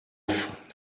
off